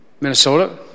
Minnesota